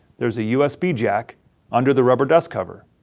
there's the usb jack under the rubber dust cover,